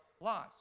lives